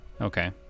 Okay